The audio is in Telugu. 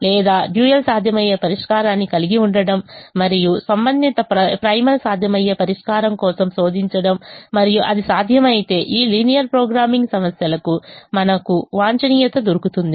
లేదా డ్యూయల్ సాధ్యమయ్యే పరిష్కారాన్ని కలిగి ఉండటం మరియు సంబంధిత ప్రైమల్ సాధ్యమయ్యే పరిష్కారం కోసం శోధించడం మరియు అది సాధ్యం అయితే ఈ లీనియర్ ప్రోగ్రామింగ్ సమస్యలకు మనకు వాంఛనీయత దొరుకుతుంది